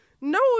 No